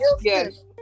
Yes